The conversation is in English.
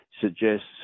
suggests